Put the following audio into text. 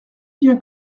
bien